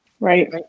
Right